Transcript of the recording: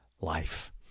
life